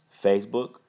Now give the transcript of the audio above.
Facebook